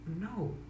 No